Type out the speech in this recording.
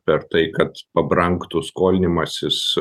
per tai kad pabrangtų skolinimasis